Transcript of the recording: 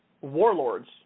warlords